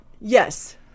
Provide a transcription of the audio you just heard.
yes